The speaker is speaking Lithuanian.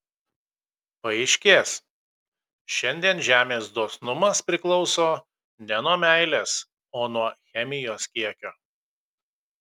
paaiškės šiandien žemės dosnumas priklauso ne nuo meilės o nuo chemijos kiekio